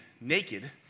naked